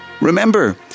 remember